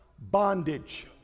Bondage